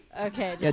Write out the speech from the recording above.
Okay